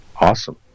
Awesome